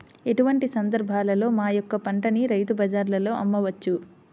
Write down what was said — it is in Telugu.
ఎటువంటి సందర్బాలలో మా యొక్క పంటని రైతు బజార్లలో అమ్మవచ్చు?